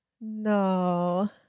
No